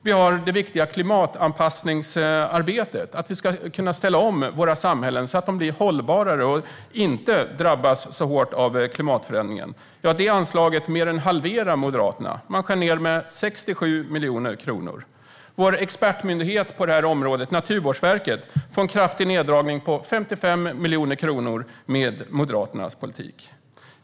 Vi har det viktiga klimatanpassningsarbetet: att vi ska kunna ställa om våra samhällen så att de blir hållbarare och inte drabbas så hårt av klimatförändringen. Det anslaget mer än halverar Moderaterna; man skär ned med 67 miljoner kronor. Vår expertmyndighet på detta område, Naturvårdsverket, får en kraftig neddragning på 55 miljoner kronor med Moderaternas politik.